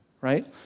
right